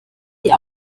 die